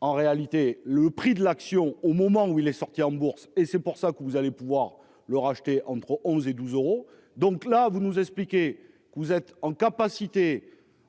En réalité le prix de l'action au moment où il est sorti en bourse et c'est pour ça que vous allez pouvoir le racheter entre 11 et 12 euros. Donc là vous nous expliquez que vous êtes en capacité.